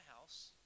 house